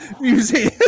museum